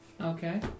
Okay